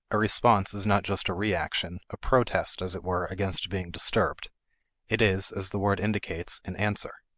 a response is not just a re-action, a protest, as it were, against being disturbed it is, as the word indicates, an answer.